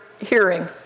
hearing